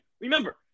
remember